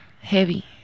heavy